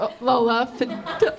Lola